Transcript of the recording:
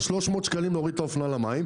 "300 שקלים כדי להוריד את האופנוע למים",